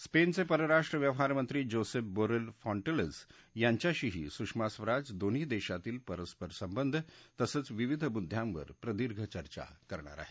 स्पेनचे परराष्ट्र व्यवहारमंत्री Josep Borrell Fontelles यांच्याशीही सुषमा स्वराज दोन्ही देशांतील परस्परसंबंध तसंच विविध मुद्द्यांवर प्रदीर्घ चर्चा करणार आहेत